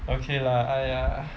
okay lah !aiya!